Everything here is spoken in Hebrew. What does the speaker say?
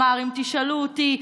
אמר: "אם תשאלו אותי,